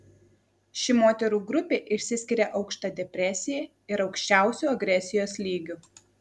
ši moterų grupė išsiskiria aukšta depresija ir aukščiausiu agresijos lygiu